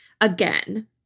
again